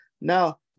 now